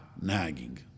nagging